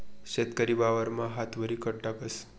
शेतकरी वावरमा हातवरी खत टाकस